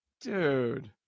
Dude